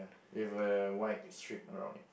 with a white strip around it